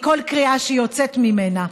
מכל קריאה שיוצאת ממנה.